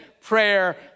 prayer